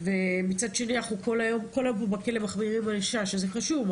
מצד שני אנחנו כל היום מחמירים ענישה, שזה חשוב.